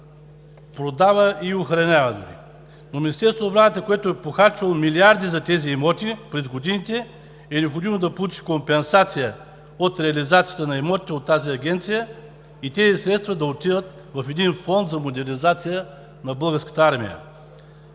продава и охранява. Но Министерството на отбраната, което е похарчило милиарди за тези имоти през годините, е необходимо да получи компенсация от реализацията на имотите от тази агенция и тези средства да отиват в един фонд за модернизация на Българската армия.